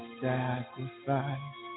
sacrifice